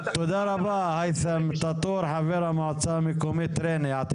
תודה רבה היתם טאטור, חבר המועצה המקומית ריינה.